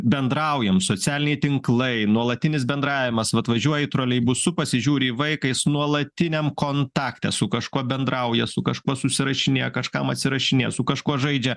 bendraujam socialiniai tinklai nuolatinis bendravimas vat važiuoji troleibusu pasižiūri į vaiką jis nuolatiniam kontakte su kažkuo bendrauja su kažkuo susirašinėja kažkam atsirašinėja su kažkuo žaidžia